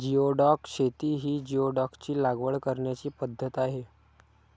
geoduck शेती ही जिओडॅकची लागवड करण्याची पद्धत आहे